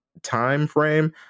timeframe